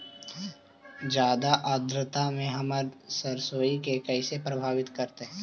जादा आद्रता में हमर सरसोईय के कैसे प्रभावित करतई?